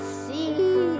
see